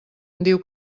diu